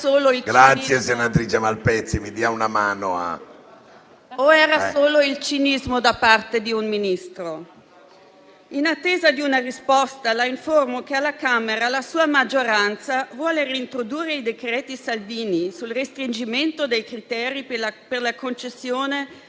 Grazie, senatrice Malpezzi, mi dia una mano.